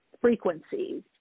frequencies